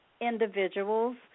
individuals